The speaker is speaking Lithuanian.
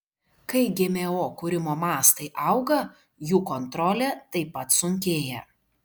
kai gmo kūrimo mastai auga jų kontrolė taip pat sunkėja